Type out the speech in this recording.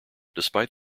despite